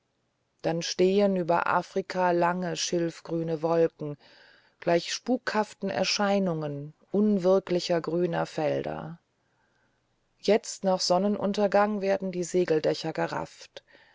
dann stehen über afrika lange schilfgrüne wolken gleich spukhaften erscheinungen unwirklicher grüner felder jetzt nach sonnenuntergang werden die segeldächer gerafft